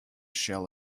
shell